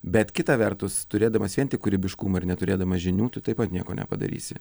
bet kita vertus turėdamas vien tik kūrybiškumą ir neturėdamas žinių tu taip pat nieko nepadarysi